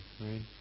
right